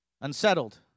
Unsettled